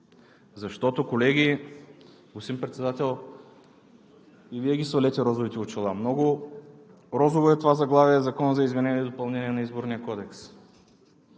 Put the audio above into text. защото, колеги… Господин Председател, и Вие свалете розовите очила. Много розово е това заглавие: „Закон за изменение и допълнение на Изборния кодекс“.